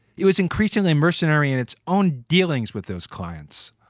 it was increasingly mercenary in its own dealings with those clients.